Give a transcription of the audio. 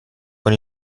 con